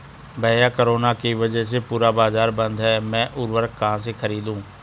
भैया कोरोना के वजह से पूरा बाजार बंद है मैं उर्वक कहां से खरीदू?